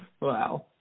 Wow